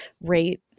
rate